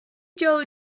joe